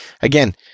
again